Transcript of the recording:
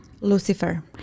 Lucifer